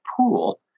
pool